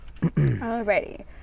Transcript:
Alrighty